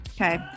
okay